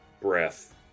breath